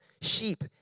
sheep